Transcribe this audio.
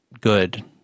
good